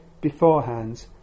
beforehand